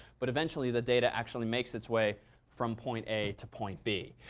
but eventually the data actually makes its way from point a to point b.